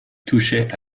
touchait